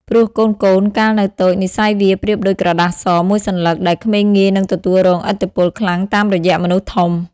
ព្រោះកូនៗកាលនៅតូច និស្ស័យវាប្រៀបដូចក្រដាស ស មួយសន្លឹក ដែលក្មេងងាយនិងទទួលរងឥទ្ធិពលខ្លាំងតាមរយះមនុស្សធំ។